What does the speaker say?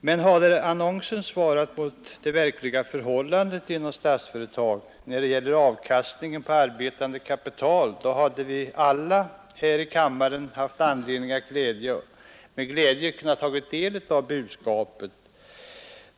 Men hade annonsen motsvarat det verkliga förhållandet inom Statsföretag, när det gäller avkastningen på arbetande kapital, då hade vi alla här i kammaren haft anledning att med glädje ta del av budskapet.